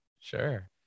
Sure